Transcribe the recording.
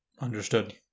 Understood